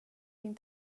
din